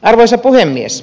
arvoisa puhemies